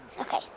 Okay